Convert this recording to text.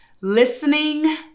listening